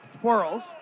twirls